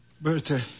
Bertha